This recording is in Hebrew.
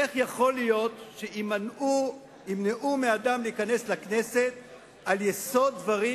איך יכול להיות שימנעו מאדם להיכנס לכנסת על יסוד דברים